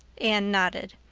anne nodded.